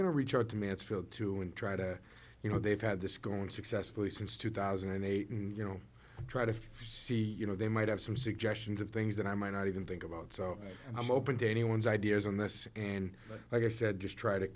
going to reach out to mansfield too and try to you know they've had this going successfully since two thousand and eight and you know try to see you know they might have some suggestions of things that i might not even think about so i'm open to any one's ideas on this and like i said just try to